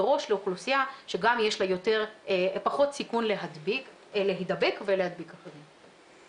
מראש לאוכלוסייה שגם יש לה פחות סיכון להידבק ולהדביק אחרים.